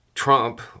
Trump